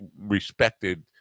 respected